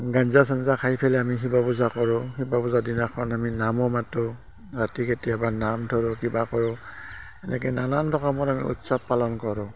গাঞ্জা চাঞ্জা খাই পেলাই আমি শিৱ পূজা কৰোঁ শিৱা পূজাৰ দিনাখন আমি নামো মাতোঁ ৰাতি কেতিয়াবা নাম ধৰোঁ কিবা কৰোঁ এনেকৈ নানান ৰকমত আমি উৎসৱ পালন কৰোঁ